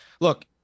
Look